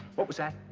what was that?